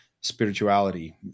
spirituality